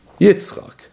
Yitzchak